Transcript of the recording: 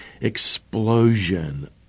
explosion